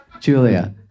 Julia